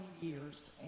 years